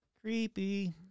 Creepy